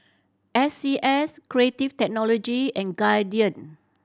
S C S Creative Technology and Guardian